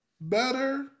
better